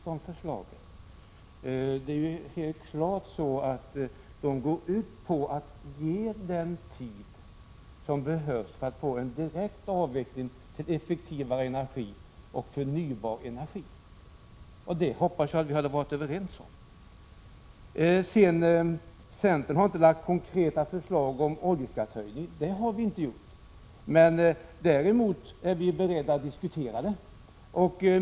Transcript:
Våra förslag går ju helt klart ut på att vi skall ge den tid som behövs för direkt övergång till en effektivare användning av förnybar energi. Det hoppas jag vi alla är överens om. Det sades också att centern inte lagt fram konkreta förslag om oljeskattehöjning. Detta är riktigt. Däremot är vi beredda att diskutera en sådan.